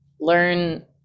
learn